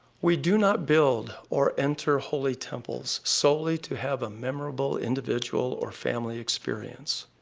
we do not build or enter holy temples solely to have a memorable individual or family experience.